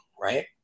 Right